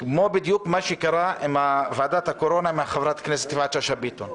כמו בדיוק מה שקרה עם ועדת הקורונה עם חברת הכנסת יפעת שאשא ביטון.